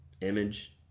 Image